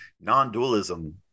non-dualism